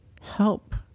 Help